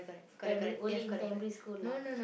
primary only in primary school lah